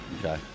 Okay